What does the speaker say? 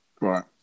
Right